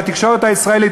בתקשורת הישראלית,